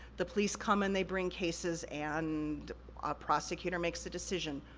the police come and they bring cases, and a prosecutor makes a decision,